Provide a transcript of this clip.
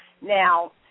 Now